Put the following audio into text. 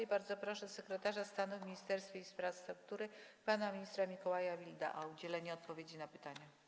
I bardzo proszę sekretarza stanu w Ministerstwie Infrastruktury pana ministra Mikołaja Wilda o udzielenie odpowiedzi na pytania.